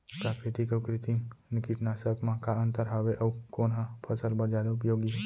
प्राकृतिक अऊ कृत्रिम कीटनाशक मा का अन्तर हावे अऊ कोन ह फसल बर जादा उपयोगी हे?